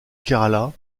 kerala